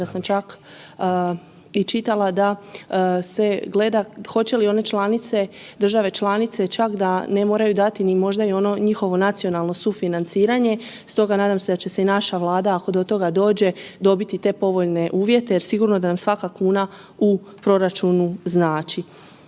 da sam čak i čitala da se gleda hoće li one države članice čak da ne moraju dati ni možda ono njihovo nacionalno sufinanciranje, stoga nadam se da će se i naša Vlada ako do toga dođe dobiti te povoljne uvjete jer sigurno da nam svaka kuna u proračunu znači.